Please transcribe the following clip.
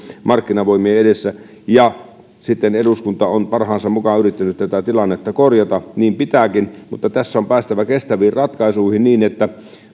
markkinavoimien edessä sitten eduskunta on parhaansa mukaan yrittänyt tätä tilannetta korjata niin pitääkin mutta tässä on päästävä kestäviin ratkaisuihin niin että